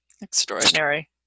Extraordinary